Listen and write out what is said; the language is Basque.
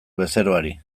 bezeroari